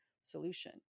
solution